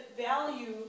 value